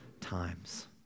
times